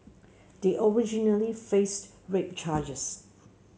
they originally faced rape charges